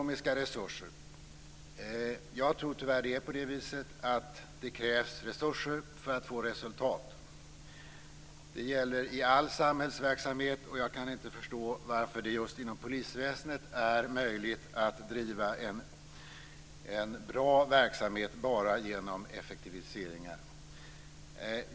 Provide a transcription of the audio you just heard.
Fru talman! Jag tror tyvärr att det är på det sättet att det krävs ekonomiska resurser för att få resultat. Det gäller i all samhällsverksamhet, och jag kan inte förstå varför det just inom polisväsendet är möjligt att driva en bra verksamhet bara genom effektiviseringar.